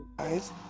guys